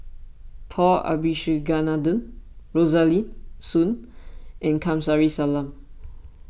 Paul Abisheganaden Rosaline Soon and Kamsari Salam